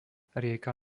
rieka